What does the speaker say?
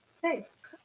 Thanks